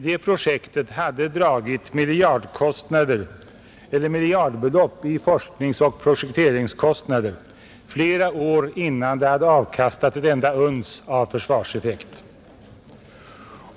Det projektet hade dragit miljardbelopp i forskningsoch projekteringskostnader flera år innan det hade avkastat ett enda uns av försvarseffekt.